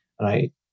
right